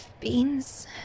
beans